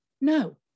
no